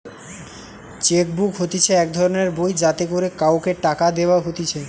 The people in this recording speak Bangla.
চেক বুক হতিছে এক ধরণের বই যাতে করে কাওকে টাকা দেওয়া হতিছে